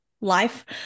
life